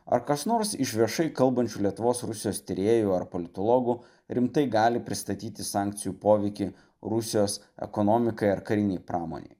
ar kas nors iš viešai kalbančių lietuvos rusijos tyrėjų ar politologų rimtai gali pristatyti sankcijų poveikį rusijos ekonomikai ar karinei pramonei